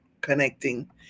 connecting